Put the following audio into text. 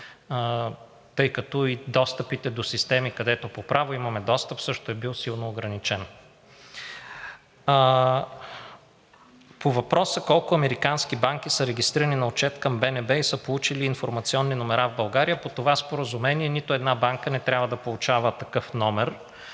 тъй като и достъпите до системи, където по право имаме достъп, също е бил силно ограничен. По въпроса: колко американски банки са регистрирани на отчет към БНБ и са получили информационни номера в България? По това споразумение нито една банка не трябва да получава такъв номер